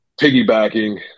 piggybacking